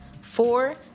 Four